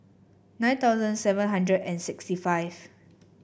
nine thousand seven hundred and sixty five